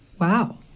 Wow